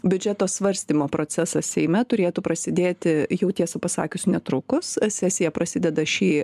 biudžeto svarstymo procesas seime turėtų prasidėti jau tiesą pasakius netrukus sesija prasideda šį